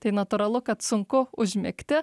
tai natūralu kad sunku užmigti